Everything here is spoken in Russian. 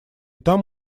там